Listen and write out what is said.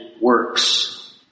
works